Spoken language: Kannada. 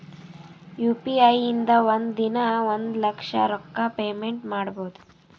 ಯು ಪಿ ಐ ಇಂದ ಒಂದ್ ದಿನಾ ಒಂದ ಲಕ್ಷ ರೊಕ್ಕಾ ಪೇಮೆಂಟ್ ಮಾಡ್ಬೋದ್